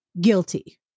guilty